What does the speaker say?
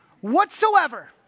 whatsoever